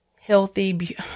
healthy